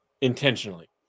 intentionally